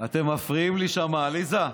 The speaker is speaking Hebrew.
אתם מפריעים לי שם, עליזה.